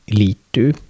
liittyy